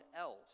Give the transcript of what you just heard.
else